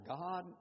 God